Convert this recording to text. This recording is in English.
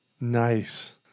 Nice